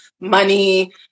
money